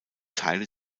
teile